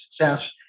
success